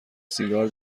سیگار